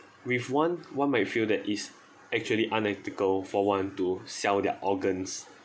with one one might feel that it's actually unethical for one to sell their organs